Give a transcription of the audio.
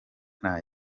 nta